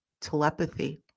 telepathy